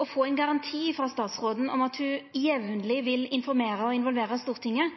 å få ein garanti frå statsråden om at ho jamleg vil informera og involvera Stortinget.